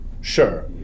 sure